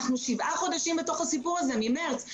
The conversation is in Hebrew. אנחנו שבעה חודשים בתוך הסיפור הזה, מחודש מרץ.